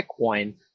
Bitcoin